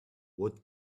what